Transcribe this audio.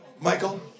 Michael